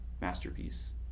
masterpiece